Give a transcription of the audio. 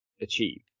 achieve